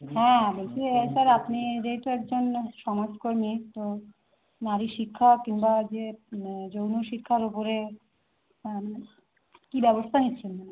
হ্যাঁ বলছি স্যার আপনি যেহেতু একজন সমাজ কর্মী তো নারীশিক্ষা কিম্বা যে যৌন শিক্ষার ওপরে কী ব্যবস্থা নিচ্ছেন